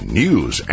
news